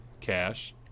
Cash